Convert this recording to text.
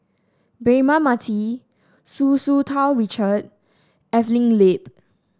Braema Mathi Hu Tsu Tau Richard Evelyn Lip